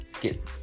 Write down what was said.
get